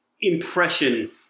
impression